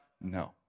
No